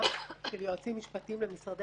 יועצים משפטיים נבחרים